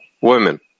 Women